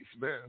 man